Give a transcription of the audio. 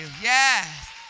Yes